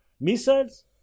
missiles